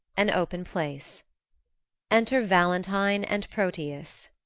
an open place enter valentine and proteus